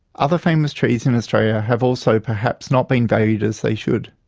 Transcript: other famous trees in australia have also perhaps not been valued as they should.